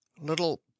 Little